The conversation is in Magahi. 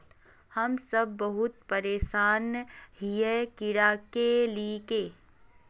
हम सब बहुत परेशान हिये कीड़ा के ले के?